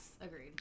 agreed